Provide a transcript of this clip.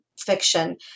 fiction